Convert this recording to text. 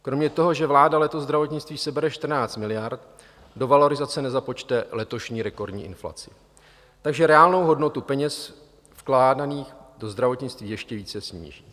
Kromě toho, že vláda letos zdravotnictví sebere 14 miliard, do valorizace nezapočte letošní rekordní inflaci, takže reálnou hodnotu peněz vkládaných do zdravotnictví ještě více sníží.